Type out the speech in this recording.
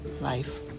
life